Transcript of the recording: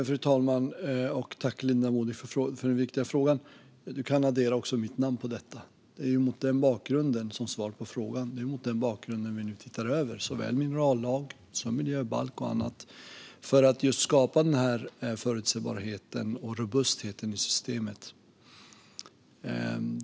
Fru talman! Jag tackar Linda Modig för den viktiga frågan. Hon kan addera också mitt namn på detta. Som svar på frågan är det mot denna bakgrund som vi nu ser över minerallag, miljöbalk och annat för att just skapa denna förutsägbarhet och robusthet i systemet.